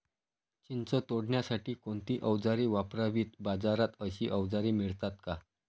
चिंच तोडण्यासाठी कोणती औजारे वापरावीत? बाजारात अशी औजारे मिळतात का?